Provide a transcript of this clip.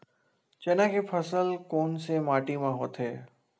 चना के फसल कोन से माटी मा होथे?